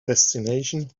fascination